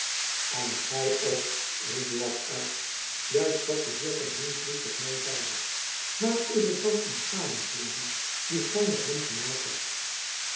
en gy ook riep buat uit juist wat de heer van heenvliet tot my zeide maar is het dan een samenzwering die gy met hem gemaakt hebt